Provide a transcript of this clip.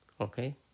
okay